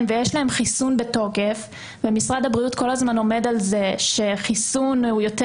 ויש להם חיסון בתוקף ומשרד הבריאות כל הזמן עומד על כך שחיסון הוא יותר